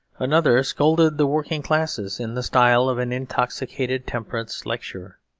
another scolded the working-classes in the style of an intoxicated temperance lecturer.